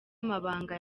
mabanga